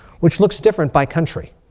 which looks different by country.